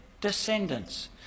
descendants